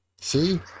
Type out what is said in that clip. See